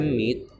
meet